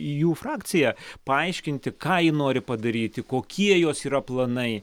į jų frakciją paaiškinti ką ji nori padaryti kokie jos yra planai